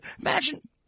Imagine